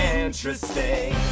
interesting